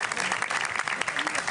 לדבר?